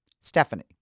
Stephanie